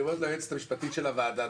אני אומר ליועצת המשפטית של הוועדה,